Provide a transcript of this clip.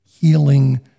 healing